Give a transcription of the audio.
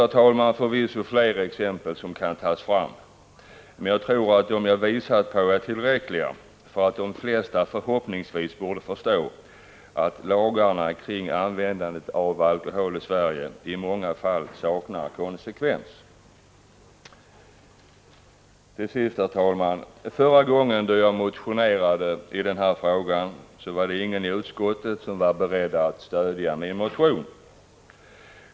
Det finns förvisso flera exempel som kan tas fram, men jag tror att de jag visat på är tillräckliga för att de flesta förhoppningsvis borde förstå att lagarna kring användandet av alkohol i många fall saknar konsekvens. Till sist, herr talman: Förra gången då jag motionerade i denna fråga var det ingen i utskottet som var beredd att stöja min motion.